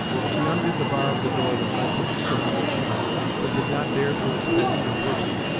she undid the bar of the door that led to the stern of the scow, but did not dare to expose her person.